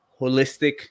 holistic